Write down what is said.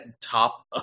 top